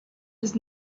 his